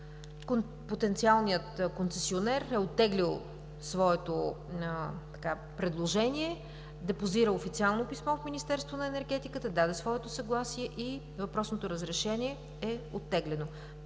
потенциалният концесионер е оттеглил своето предложение – депозира официално писмо в Министерството на енергетиката, даде своето съгласие и въпросното разрешение е оттеглено.